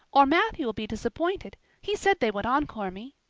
or matthew will be disappointed. he said they would encore me.